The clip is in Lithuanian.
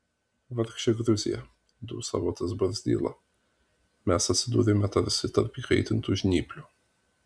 vargšė gruzija dūsavo tas barzdyla mes atsidūrėme tarsi tarp įkaitintų žnyplių